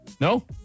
No